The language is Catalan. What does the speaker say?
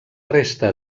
resta